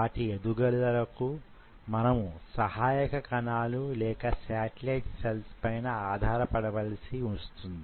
వాటి ఎదుగుదలకు మనము సహాయక కణాలు లేక శాటిలైట్ సెల్స్ పైన ఆధారపడవలసి వస్తుంది